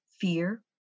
fear